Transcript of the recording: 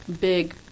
big